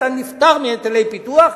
אתה נפטר מהיטלי פיתוח,